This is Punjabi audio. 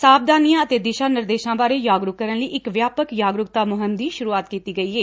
ਸਾਵਧਾਨੀਆਂ ਅਤੇ ਦਿਸ਼ਾ ਨਿਰਦੇਸ਼ਾਂ ਬਾਰੇ ਜਾਗਰੁਕ ਕਰਨ ਲਈ ਇਕ ਵਿਆਪਕ ਜਾਗਰੁਕਤਾ ਮੁਹਿੰਮ ਦੀ ਸੁਰੁਆਤ ਕੀਤੀ ਗਈ ਏ